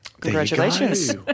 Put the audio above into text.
Congratulations